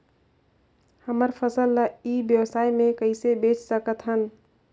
हमर फसल ल ई व्यवसाय मे कइसे बेच सकत हन?